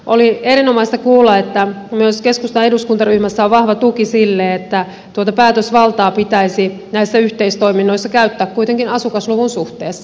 oli erinomaista kuulla että myös keskustan eduskuntaryhmässä on vahva tuki sille että tuota päätösvaltaa pitäisi näissä yhteistoiminnoissa käyttää kuitenkin asukasluvun suhteessa